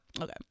okay